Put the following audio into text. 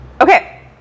Okay